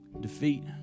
defeat